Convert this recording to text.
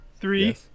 Three